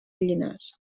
llinars